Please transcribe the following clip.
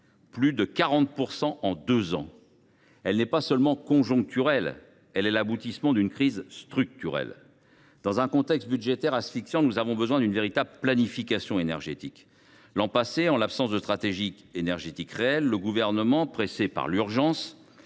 dépasse 44 % en deux ans, n’est pas seulement conjoncturelle : elle est l’aboutissement d’une crise structurelle. Dans un contexte budgétaire asphyxiant, nous avons besoin d’une véritable planification énergétique. L’an passé, faute d’une stratégie énergétique digne de ce nom, le Gouvernement, pressé par l’urgence,